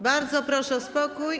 Bardzo proszę o spokój.